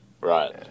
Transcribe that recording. Right